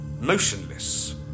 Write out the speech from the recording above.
motionless